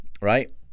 right